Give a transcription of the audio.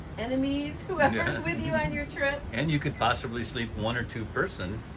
enemies whoever's with you in your trip. and you could possibly sleep one or two person,